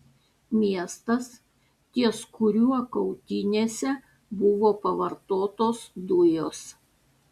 miestas ties kuriuo kautynėse buvo pavartotos dujos